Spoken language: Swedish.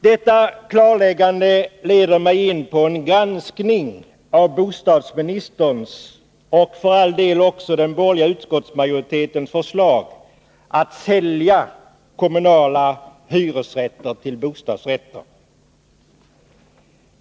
Detta klarläggande leder mig in på en granskning av bostadsministerns — och för all del också den borgerliga utskottsmajoritetens — förslag att sälja kommunala hyresrätter till bostadsrätter.